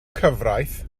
cyfraith